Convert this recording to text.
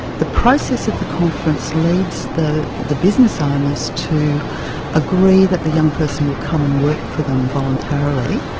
the process of the conference leads the the business owners to agree that the young person will come and work for them voluntarily,